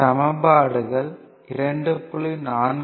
சமம்பாடுகள் 2